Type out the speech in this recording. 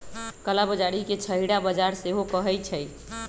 कला बजारी के छहिरा बजार सेहो कहइ छइ